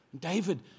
David